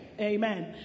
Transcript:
Amen